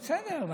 בסדר.